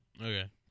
Okay